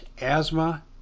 asthma